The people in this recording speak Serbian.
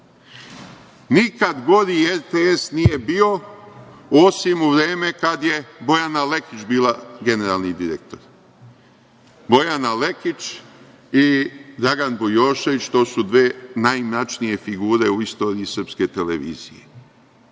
Nikad gori RTS nije bio, osim u vreme kad je Bojana Lekić bila generalni direktor. Bojana Lekić i Dragan Bujošević, to su dve najmračnije figure u istoriji srpske televizije. Sinoć